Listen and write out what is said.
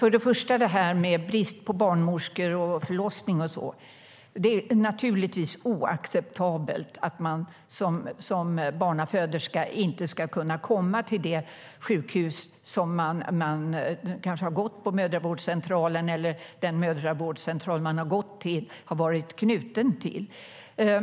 Herr talman! När det gäller brist på barnmorskor och förlossningsvården är det naturligtvis oacceptabelt att man som barnaföderska inte ska kunna komma till det sjukhus där man har gått på mödravårdscentralen eller som den mödravårdscentral man har gått till är knuten till.